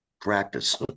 practice